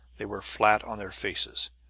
they were flat on their faces,